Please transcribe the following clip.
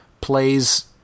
plays